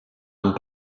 amb